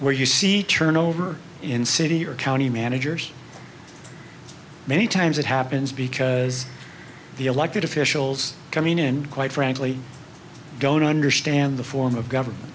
where you see turnover in city or county managers many times it happens because the elected officials come in and quite frankly don't understand the form of government